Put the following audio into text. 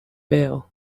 bail